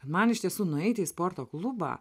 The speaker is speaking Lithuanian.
man iš tiesų nueiti į sporto klubą